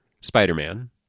Spider-Man